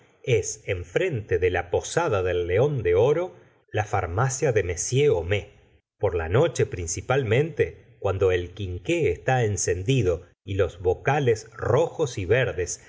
es enfrente de la posada del león de oro la farmacia de m homais por la noche principalmente cuando el quinqué está encendido y los bocales rojos y verdes